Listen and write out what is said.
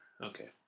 okay